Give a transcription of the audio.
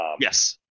yes